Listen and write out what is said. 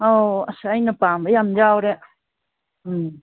ꯑꯧ ꯑꯁ ꯑꯩꯅ ꯄꯥꯝꯕ ꯌꯥꯝ ꯌꯥꯎꯔꯦ ꯎꯝ